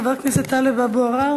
חבר הכנסת טלב אבו עראר,